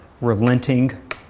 relenting